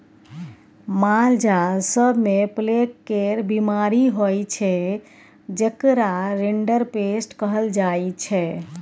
मालजाल सब मे प्लेग केर बीमारी होइ छै जेकरा रिंडरपेस्ट कहल जाइ छै